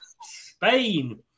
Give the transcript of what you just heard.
Spain